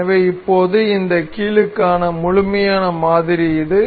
எனவே இப்போது இந்த கீலுக்கான முழுமையான மாதிரி இது